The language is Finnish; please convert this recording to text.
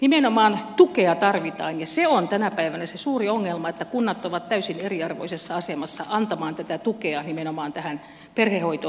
nimenomaan tukea tarvitaan ja se on tänä päivänä se suuri ongelma että kunnat ovat täysin eriarvoisessa asemassa antamaan tukea nimenomaan tähän perhehoitoon